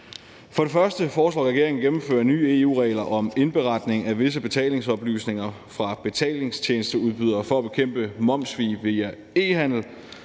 For det første foreslår regeringen at gennemføre nye EU-regler om indberetning af visse betalingsoplysninger fra betalingstjenesteudbydere for at bekæmpe momssvig via e-handel.